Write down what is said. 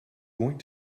going